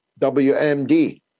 WMD